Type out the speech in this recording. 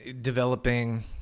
developing